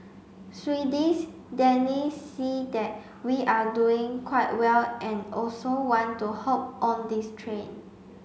Swedes Danes see that we are doing quite well and also want to hop on this train